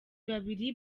babiri